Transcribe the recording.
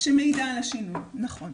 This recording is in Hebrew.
עכשיו,